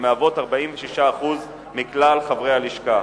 המהוות 46% מכלל חברי הלשכה,